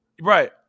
Right